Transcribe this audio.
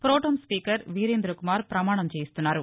pro tem speaker Virendra Kumar పమాణం చేయిస్తున్నారు